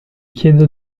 chiedo